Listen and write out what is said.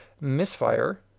Misfire